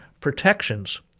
protections